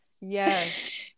Yes